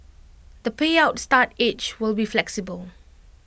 the payout start age will be flexible